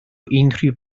unrhyw